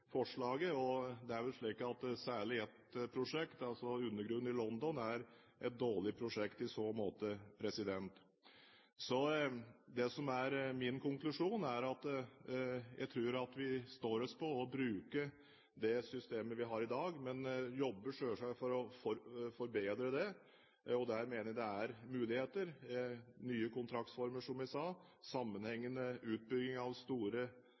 forslaget, og det er vel slik at særlig ett prosjekt – altså undergrunnen i London – er et dårlig prosjekt i så måte. Så min konklusjon er at jeg tror vi står oss på å bruke det systemet vi har i dag. Men vi jobber selvsagt for å forbedre det. Der mener jeg det er muligheter: nye kontraktsformer, som jeg sa, sammenhengende utbygging av